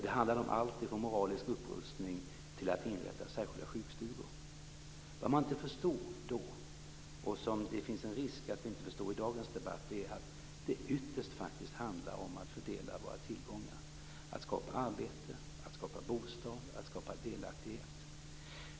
Det handlade om allt från moralisk upprustning till att inrätta särskilda sjukstugor. Vad man inte förstod då, och som det finns en risk för att vi inte heller förstår i dagens debatt, är att det ytterst faktiskt handlar om att fördela våra tillgångar; att skapa arbeten, att skapa bostäder, att skapa delaktighet.